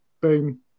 Boom